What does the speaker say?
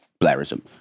Blairism